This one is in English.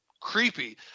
creepy